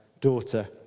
Daughter